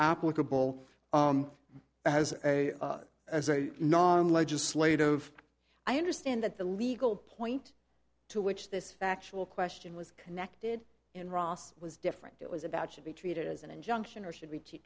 applicable as a as a non legislative i understand that the legal point to which this factual question was connected in ros was different it was about should be treated as an injunction or should be